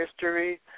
history